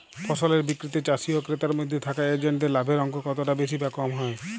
ফসলের বিক্রিতে চাষী ও ক্রেতার মধ্যে থাকা এজেন্টদের লাভের অঙ্ক কতটা বেশি বা কম হয়?